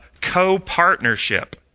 co-partnership